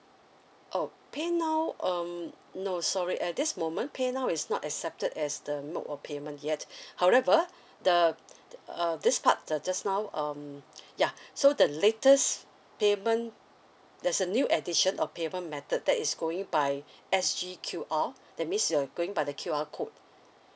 oh paynow um no sorry at this moment paynow is not accepted as the mode of payment yet however the uh this part uh just now um yeah so the latest payment there's a new edition of payment method that is going by S_G_Q_R that means you're going by the Q_R code